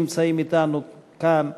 שנמצאים אתנו כאן.